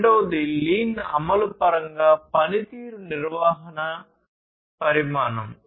రెండవది లీన్ అమలు పరంగా పనితీరు నిర్వహణ పరిమాణం